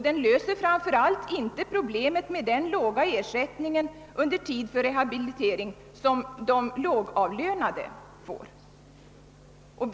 Den löser framför allt inte problemet med den låga ersättningen för de lågavlönade under tid för rehabilitering.